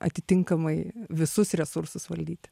atitinkamai visus resursus valdyti